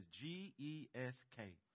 G-E-S-K